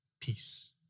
peace